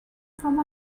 from